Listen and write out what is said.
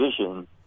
vision